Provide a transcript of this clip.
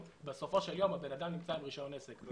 בסופו של יום הבן אדם יוצא עם רישיון עסק.